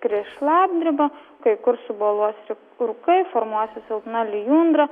kris šlapdriba kai kur suboluos rūkai formuosis silpna lijundra